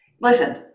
listen